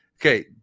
okay